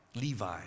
Levi